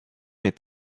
est